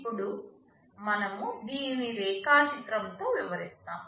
ఇప్పుడు మనము దీనిని రేఖాచిత్రం తో వివరిస్తాము